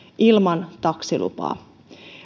ilman taksilupaa